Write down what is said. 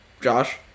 Josh